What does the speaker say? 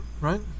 right